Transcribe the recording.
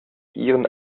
ihren